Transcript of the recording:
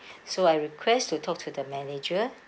so I request to talk to the manager